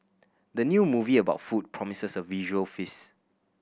the new movie about food promises a visual feast